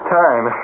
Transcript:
time